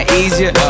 easier